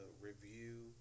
review